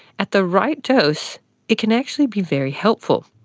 at the right dose it can actually be very helpful.